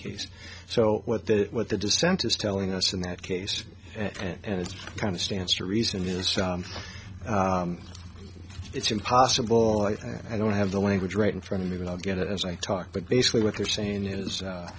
case so what that what the dissent is telling us in that case and it's kind of stance or reason is it's impossible i don't have the language right in front of me but i'll get it as i talk but basically what they're saying is